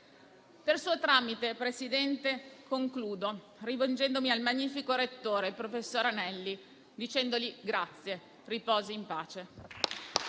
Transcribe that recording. Per suo tramite, signor Presidente, concludo, rivolgendomi al magnifico rettore, professor Anelli, per dirgli grazie. Riposi in pace.